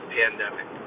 pandemic